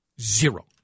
Zero